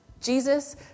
Jesus